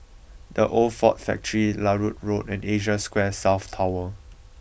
the Old Ford Factory Larut Road and Asia Square South Tower